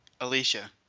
Alicia